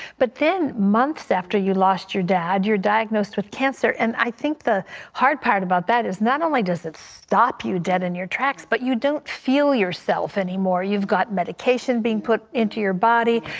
but then months after you lost your dad, you're diagnosed with cancer and i think the hard part about that is not only does it stop you dead in your tracks but you don't feel yourself anymore. you've got medication being put into your body.